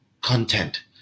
content